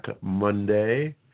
Monday